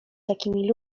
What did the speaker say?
takimi